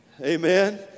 Amen